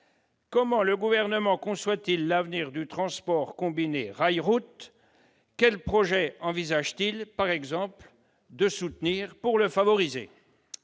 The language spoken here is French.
comment le Gouvernement conçoit-il l'avenir du transport combiné rail-route ? Quels projets envisage-t-il, par exemple, de soutenir pour le favoriser ?